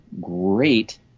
Great